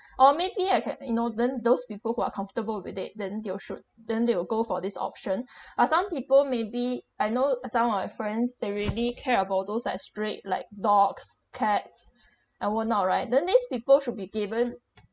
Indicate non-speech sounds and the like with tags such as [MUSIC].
or maybe I can you know then those people who are comfortable with it then they'll should then they will go for this option [BREATH] uh some people maybe I know some of my friends they really care about those like street like dogs cats and whatnot right then these people should be given